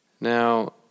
Now